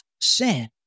sin